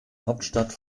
hauptstadt